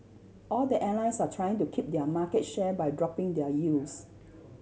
all the airlines are trying to keep their market share by dropping their yields